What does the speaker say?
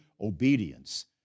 obedience